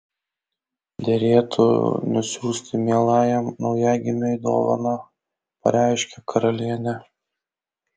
derėtų nusiųsti mielajam naujagimiui dovaną pareiškė karalienė